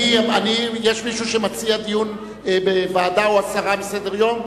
יש מישהו שמציע דיון בוועדה או הסרה מסדר-היום?